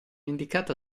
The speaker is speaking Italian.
indicata